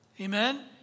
Amen